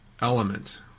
element